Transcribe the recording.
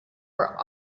were